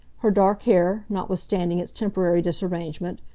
her dark hair, notwithstanding its temporary disarrangement,